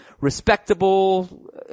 respectable